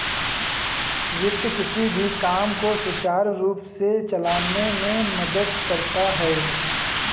वित्त किसी भी काम को सुचारू रूप से चलाने में मदद करता है